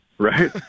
Right